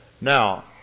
Now